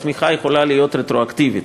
התמיכה יכולה להיות רטרואקטיבית,